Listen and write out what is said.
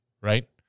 Right